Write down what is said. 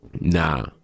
Nah